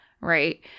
Right